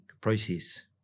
process